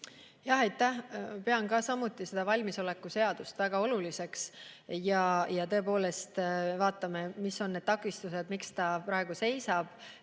Aitäh! Pean ka valmisoleku seadust väga oluliseks. Me tõepoolest vaatame, mis on need takistused, miks ta praegu seisab,